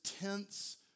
tense